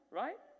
right